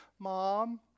Mom